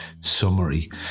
summary